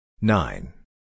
Nine